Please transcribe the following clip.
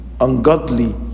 ungodly